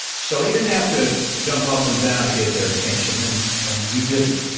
so he didn't have to jump up and down to get their attention, and and he didn't.